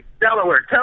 Delaware